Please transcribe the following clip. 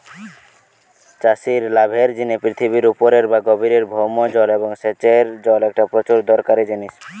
চাষির লাভের জিনে পৃথিবীর উপরের বা গভীরের ভৌম জল এবং সেচের জল একটা প্রচুর দরকারি জিনিস